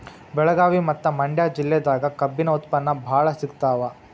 ಬೆಳಗಾವಿ ಮತ್ತ ಮಂಡ್ಯಾ ಜಿಲ್ಲೆದಾಗ ಕಬ್ಬಿನ ಉತ್ಪನ್ನ ಬಾಳ ಸಿಗತಾವ